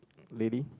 maybe